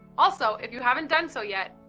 also, if you haven't done so yet,